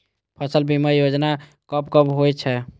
फसल बीमा योजना कब कब होय छै?